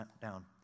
down